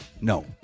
No